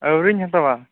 ᱟ ᱣᱨᱤᱧ ᱦᱟᱛᱟᱣᱟ